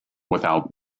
without